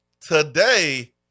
today